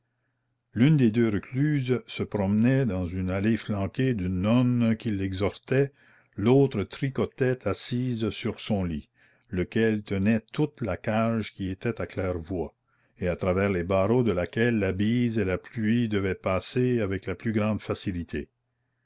l'une des deux recluses se promenait dans une allée flanquée d'une nonne qui l'exhortait l'autre tricotait assise sur son lit lequel tenait toute la cage qui était à claire-voie et à travers les barreaux de laquelle la bise et la pluie devaient passer avec la plus grande facilité